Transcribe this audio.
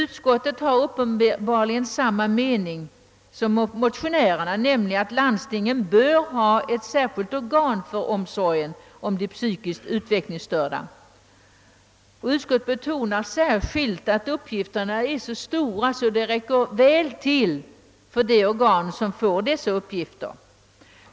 Utskottet har uppenbarligen samma mening som motionärerna, nämligen att landstingen bör ha ett särskilt organ för omsorgen om de psykiskt utvecklingsstörda. Utskottet betonar särskilt, att uppgifterna är så stora, att det räcker väl till för ett organ att handha dessa uppgifter.